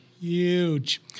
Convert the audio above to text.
Huge